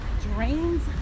drains